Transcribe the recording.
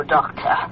Doctor